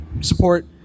support –